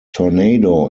tornado